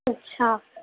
اچھا